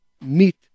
meet